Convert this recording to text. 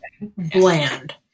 bland